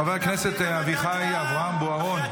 חבר הכנסת אביחי אברהם בוארון,